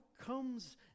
comes